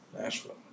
Nashville